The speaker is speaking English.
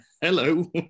hello